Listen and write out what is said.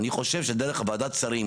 פה באיזה פיצוץ אדיר,